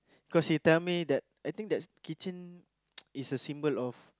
because he tell me that I think that keychain is a symbol of